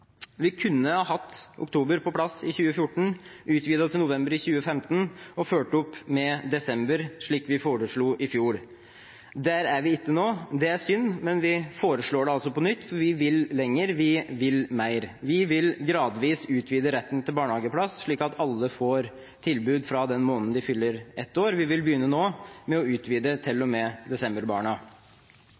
Vi kunne hatt oktober på plass i 2014, utvidet til november i 2015 og fulgt opp med desember, slik vi foreslo i fjor. Der er vi ikke nå. Det er synd. Men vi foreslår det altså på nytt, for vi vil lenger, vi vil mer. Vi vil gradvis utvide retten til barnehageplass, slik at alle får tilbud fra den måneden de fyller ett år. Vi vil begynne nå, med å utvide – til og med desemberbarna.